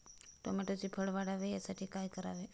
टोमॅटोचे फळ वाढावे यासाठी काय करावे?